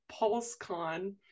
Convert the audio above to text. PulseCon